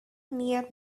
near